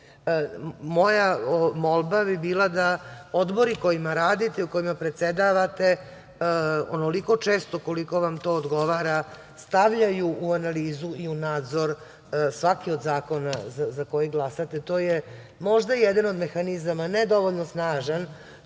Moja molba bi bila da odbori u kojima radite, u kojima predsedavate, onoliko često koliko vam to odgovara, stavljaju u analizu i u nadzor svaki od zakona za koji glasate. To je možda jedan od mehanizama, ne dovoljno snažan,